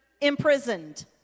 imprisoned